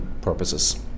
purposes